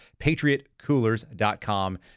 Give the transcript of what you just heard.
PatriotCoolers.com